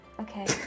Okay